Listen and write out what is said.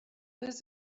this